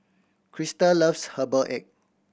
Christa loves herbal egg